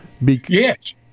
Yes